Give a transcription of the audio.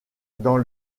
dans